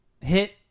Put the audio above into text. Hit